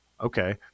Okay